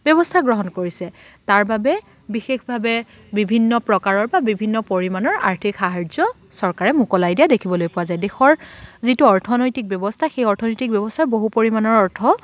ব্যৱস্থা গ্ৰহণ কৰিছে তাৰ বাবে বিশেষভাৱে বিভিন্ন প্ৰকাৰৰ বা বিভিন্ন পৰিমাণৰ আৰ্থিক সাহাৰ্য্য চৰকাৰে মুকলাই দিয়া দেখিবলৈ পোৱা যায় দেশৰ যিটো অৰ্থনৈতিক ব্যৱস্থা সেই অৰ্থনৈতিক ব্যৱস্থাৰ বহু পৰিমাণে অৰ্থ